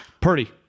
Purdy